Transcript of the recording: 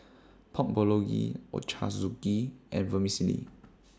Pork Bulgogi Ochazuke and Vermicelli